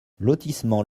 lotissement